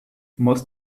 most